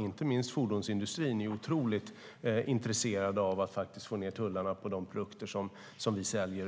Inte minst fordonsindustrin är ju otroligt intresserad av att få ned tullarna på de produkter vi säljer